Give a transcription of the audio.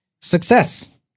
Success